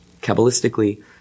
Kabbalistically